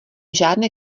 žádné